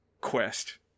quest